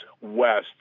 west